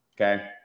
okay